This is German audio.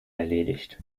erledigt